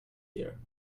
here